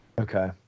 Okay